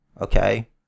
Okay